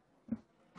חבריי חברי הכנסת,